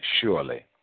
surely